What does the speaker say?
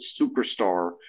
superstar